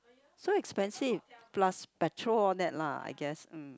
so expensive plus petrol all that lah I guess